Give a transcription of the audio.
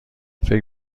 فکر